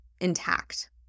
intact